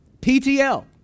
PTL